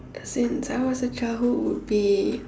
since I was a childhood would be